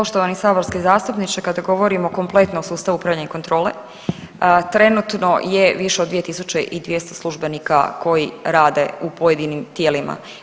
Poštovani saborski zastupniče, kada govorimo kompletno o sustavu upravljanja i kontrole, trenutno je više od 2 200 službenika koji rade u pojedinim tijelima.